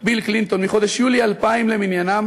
ביל קלינטון מחודש יולי 2000 למניינם,